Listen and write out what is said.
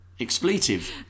expletive